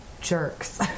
jerks